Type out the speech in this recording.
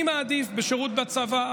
אני מעדיף בשירות בצבא,